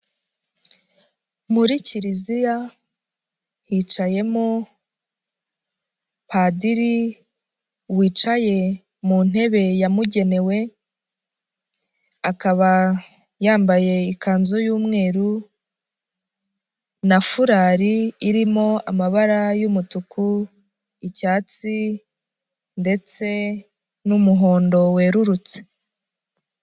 Muri kiliziya, hicayemo padiri wicaye mu ntebe yamugenewe, akaba yambaye ikanzu y'umweru na furari irimo amabara y'umutuku, icyatsi ndetse n'umuhondo werurutse.